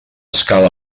escala